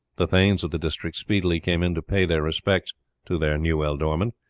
the thanes of the district speedily came in to pay their respects to their new ealdorman,